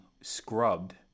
scrubbed